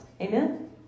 Amen